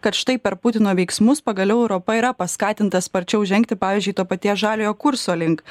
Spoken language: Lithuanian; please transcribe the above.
kad štai per putino veiksmus pagaliau europa yra paskatinta sparčiau žengti pavyzdžiui to paties žaliojo kurso link